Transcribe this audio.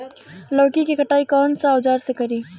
लौकी के कटाई कौन सा औजार से करी?